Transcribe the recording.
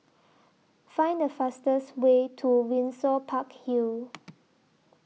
Find The fastest Way to Windsor Park Hill